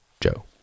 Joe